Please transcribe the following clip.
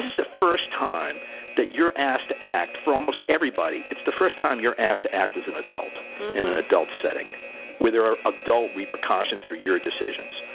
the first time that you're asked to act for almost everybody, it's the first time you're asked to act as an adult in an adult setting where there are adult repercussions for your decisions,